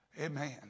Amen